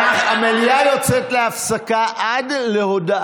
מאוקטובר זה ישב בוועדה